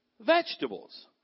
vegetables